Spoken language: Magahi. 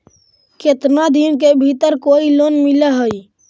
केतना दिन के भीतर कोइ लोन मिल हइ?